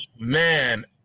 man